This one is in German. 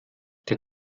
der